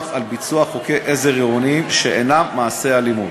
על ביצוע חוקי עזר עירוניים שאינם מעשי אלימות.